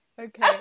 Okay